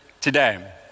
today